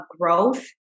growth